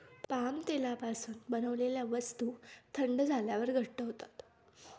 palm तेलापासून बनवलेल्या वस्तू थंड झाल्यावर घट्ट होतात